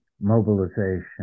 mobilization